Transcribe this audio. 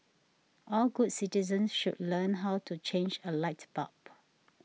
all good citizens should learn how to change a light bulb